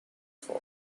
for